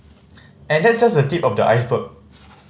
and that's just the tip of the iceberg